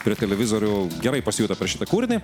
per televizorių gerai pasijuto per šitą kūrinį